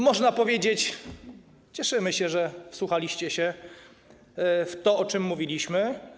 Można powiedzieć, że cieszymy się, że wsłuchaliście się w to, o czym mówiliśmy.